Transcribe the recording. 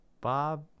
Bob